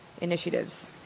initiatives